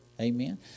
Amen